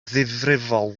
ddifrifol